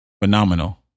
Phenomenal